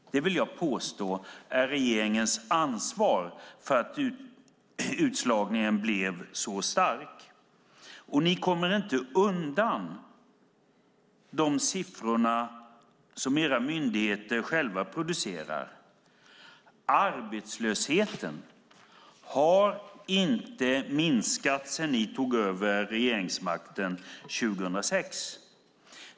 Det vill jag påstå är regeringens ansvar för att utslagningen blev så stark. Ni kommer inte undan de siffror som era myndigheter själva publicerar. Arbetslösheten har inte minskat sedan ni tog över regeringsmakten 2006.